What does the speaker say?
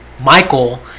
Michael